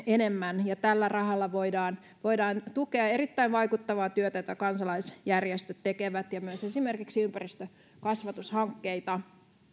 enemmän ja tällä rahalla voidaan voidaan tukea erittäin vaikuttavaa työtä jota kansalaisjärjestöt tekevät ja myös esimerkiksi ympäristökasvatushankkeita